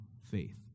faith